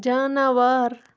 جاناوار